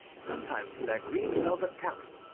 sometimes in their green velvet caps,